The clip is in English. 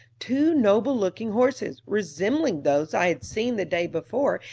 two noble-looking horses, resembling those i had seen the day before,